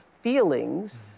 feelings